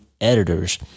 editors